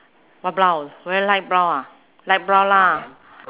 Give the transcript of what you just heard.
what brown very light brown ah light brown lah